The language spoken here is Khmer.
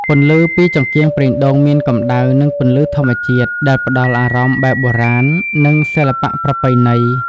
ពន្លឺពីចង្កៀងប្រេងដូងមានកម្ដៅ និងពន្លឺធម្មជាតិដែលផ្តល់អារម្មណ៍បែបបុរាណ និងសិល្បៈប្រពៃណី។